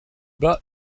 bas